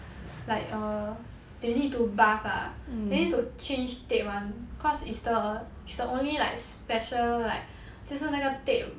like err they need to bath ah they need to change tape [one] cause it's the it's the only like special like 就是那个 tape